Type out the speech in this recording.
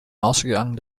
ausgegangen